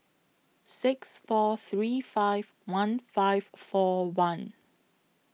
six four three five one five four one